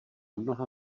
mnoha